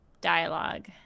dialogue